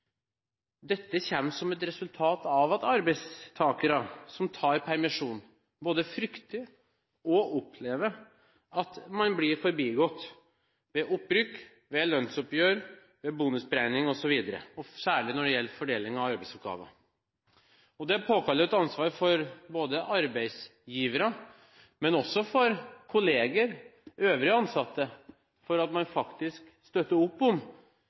Dette kommer som et resultat av at arbeidstakere som tar permisjon, både frykter og opplever at man blir forbigått ved opprykk, ved lønnsoppgjør, ved bonusberegning, og særlig når det gjelder fordeling av arbeidsoppgaver. Det påhviler både arbeidsgivere, kolleger og øvrige ansatte et ansvar for å støtte opp om menn og kvinner som ønsker å ta ansvar for egne barn og være hjemme i permisjonstiden, for at